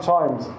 Times